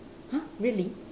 !huh! really